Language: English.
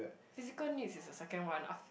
physical needs is the second one ah